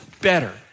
better